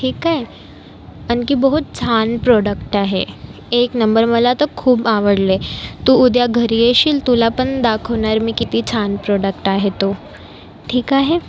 ठीक आहे आणखी बहुत छान प्रोडक्ट आहे एक नंबर मला तर खूप आवडले तू उद्या घरी येशील तुला पण दाखवणार मी किती छान प्रोडक्ट आहे तो ठीक आहे